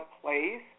place